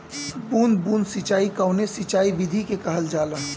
बूंद बूंद सिंचाई कवने सिंचाई विधि के कहल जाला?